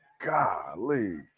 Golly